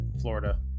Florida